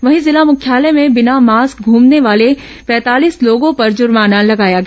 वहीं जिला मुख्यालय में बिना मास्क घूमने वाले पैंतालीस लोगों पर जुर्माना लगाया गया